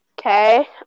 Okay